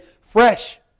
fresh